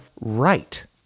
right